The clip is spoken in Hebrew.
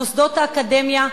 מוסדות האקדמיה,